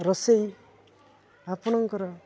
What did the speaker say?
ରୋଷେଇ ଆପଣଙ୍କର